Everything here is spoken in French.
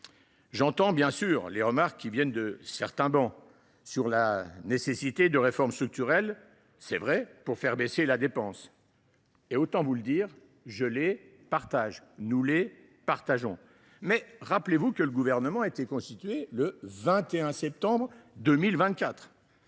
J’entends bien sûr les remarques, qui émanent de certaines travées, sur la nécessité de réformes structurelles pour faire baisser la dépense. Autant vous le dire, je les partage, nous les partageons ! Mais, je le rappelle, le Gouvernement a été nommé le 21 septembre 2024